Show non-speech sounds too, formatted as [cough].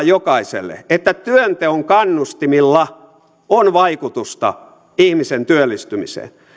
[unintelligible] jokaiselle että työnteon kannustimilla on vaikutusta ihmisen työllistymiseen